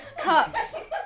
cups